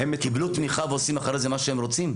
הם קיבלו תמיכה ועושים אחרי זה מה שהם רוצים?